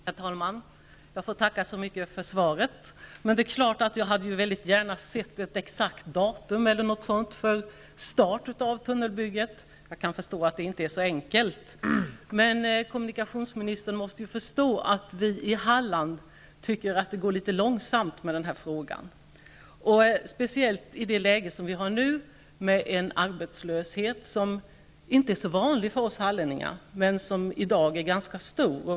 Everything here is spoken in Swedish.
Herr talman! Jag får tacka så mycket för svaret. Det är klart att jag gärna hade sett ett exakt datum för start för tunnelbygget. Jag kan förstå att det inte är så enkelt. Men kommunikationsministern måste förstå att vi i Halland tycker att det går litet långsamt med denna fråga, speciellt i det läge som vi har nu med en arbetslöshet som inte är så vanlig för oss hallänningar. Arbetslösheten är i dag ganska hög.